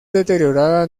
deteriorada